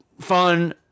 fun